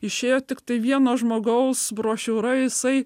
išėjo tiktai vieno žmogaus brošiūra jisai